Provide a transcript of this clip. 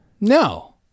No